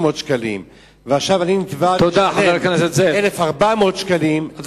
שקלים ועכשיו היא נתבעת לשלם 1,400 שקלים,